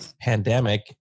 pandemic